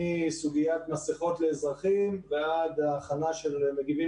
מסוגיית מסכות לאזרחים ועד ההכנה של מגינים